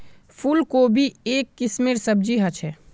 फूल कोबी एक किस्मेर सब्जी ह छे